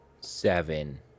Seven